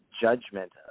judgment